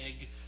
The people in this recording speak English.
egg